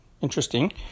interesting